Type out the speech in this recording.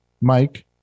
mike